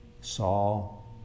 Saul